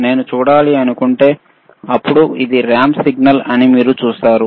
నేను చూడాలనుకుంటే అప్పుడు ఇది ర్యాంప్ సిగ్నల్ అని మీరు చూస్తారు